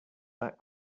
that